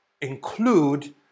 include